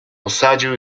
posadził